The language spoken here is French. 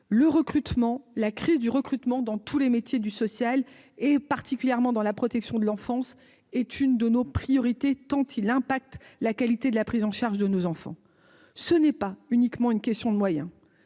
le recrutement, la crise du recrutement dans tous les métiers du social, et particulièrement dans la protection de l'enfance est une de nos priorités, tant il impacte la qualité de la prise en charge de nos enfants, ce n'est pas uniquement une question de moyens,